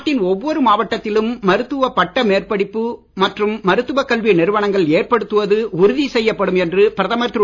நாட்டின் ஒவ்வொரு மாவட்டத்திலும் மருத்துவ பட்ட மேற்படிப்பு மற்றும் மருத்துவ கல்வி நிறுவனங்கள் ஏற்படுத்துவது உறுதி செய்யப்படும் என்று பிரதமர் திரு